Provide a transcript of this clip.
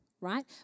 right